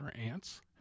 ants